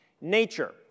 nature